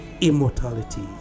immortality